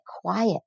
quiet